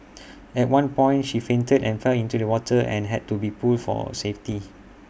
at one point she fainted and fell into the water and had to be pulled for safety